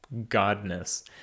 Godness